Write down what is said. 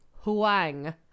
Huang